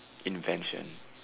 invention